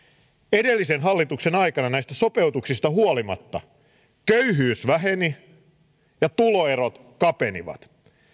edellisen hallituksen aikana näistä sopeutuksista huolimatta köyhyys väheni ja tuloerot kapenivat